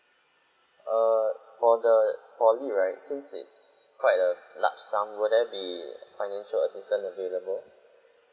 err for the poly right since it's quite a large sum will there be financial assistance available